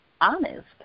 honest